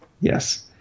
yes